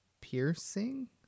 piercing